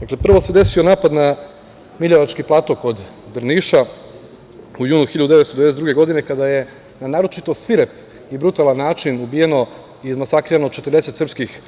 Dakle, prvo se desio napad na Miljevački plato kod Drniša u julu 1992. godine kada je na naročito svirep i brutalan način ubijeno i izmasakrirano 40 srpskih